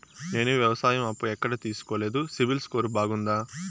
నేను వ్యవసాయం అప్పు ఎక్కడ తీసుకోలేదు, సిబిల్ స్కోరు బాగుందా?